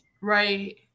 right